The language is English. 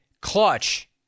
Clutch